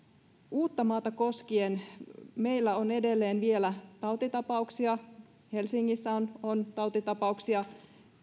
uuttamaata koskien meillä on edelleen vielä tautitapauksia helsingissä on on tautitapauksia